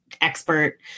expert